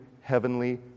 heavenly